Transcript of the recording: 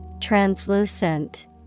Translucent